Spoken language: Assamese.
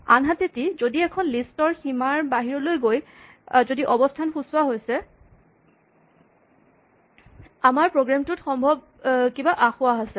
আনহাতেদি যদি এখন লিষ্ট ৰ সীমাৰ বাহিৰলৈ গৈ যদি অৱস্হান সূচোৱা হৈছে আমাৰ প্ৰগ্ৰেম টোত সম্ভৱ কিবা আসোঁৱাহ আছে